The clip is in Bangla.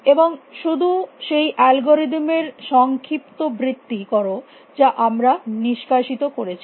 এবং শুধু সেই অ্যালগরিদম এর সংক্ষিপ্তবৃত্তি কর যা আমরা নিষ্কাশিত করেছি